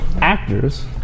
actors